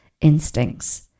instincts